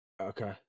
Okay